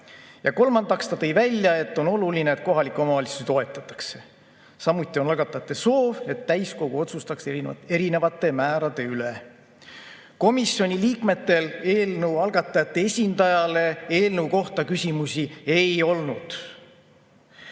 Ja kolmandaks tõi ta välja, et on oluline, et kohalikke omavalitsusi toetatakse. Samuti on algatajate soov, et täiskogu otsustaks erinevate määrade üle. Komisjoni liikmetel eelnõu algatajate esindajale eelnõu kohta küsimusi ei olnud.